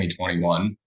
2021